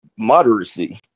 moderacy